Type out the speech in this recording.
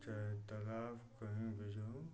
चाहे तनाव कहें यह जो